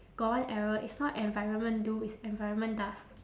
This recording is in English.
got one error it's not environment do it's environment does